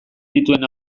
dituen